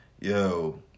yo